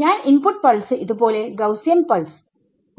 ഞാൻ input pulse ഇതുപോലെഗൌസ്സിയൻ pulse